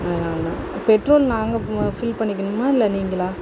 அதனால்தான் பெட்ரோல் நாங்கள் ஃபில் பண்ணிக்கணுமா இல்லை நீங்களா